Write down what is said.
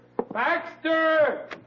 Baxter